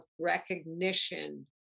recognition